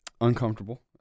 uncomfortable